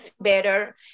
Better